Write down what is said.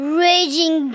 raging